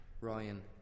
Ryan